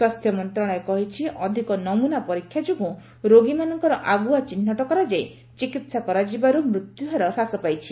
ସ୍ୱାସ୍ଥ୍ୟ ମନ୍ତ୍ରଣାଳୟ କହିଛି ଅଧିକ ନମୁନା ପରୀକ୍ଷା ଯୋଗୁଁ ରୋଗୀମାନଙ୍କର ଆଗୁଆ ଚିହ୍ନଟ କରାଯାଇ ଚିକିହା କରାଯିବାରୁ ମୃତ୍ୟୁହାର ହ୍ରାସ ପାଇଛି